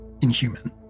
inhuman